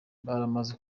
baramaze